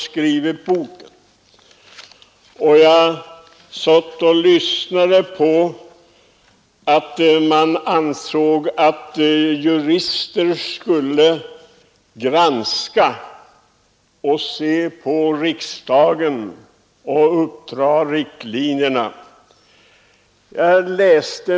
Enligt talet i kammaren i dag skulle jurister granska riksdagens arbete och sedan dra upp riktlinjerna för detta.